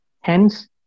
Hence